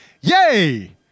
yay